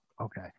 okay